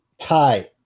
tie